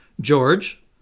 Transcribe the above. George